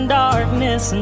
darkness